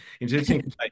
Interesting